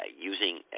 using